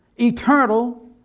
eternal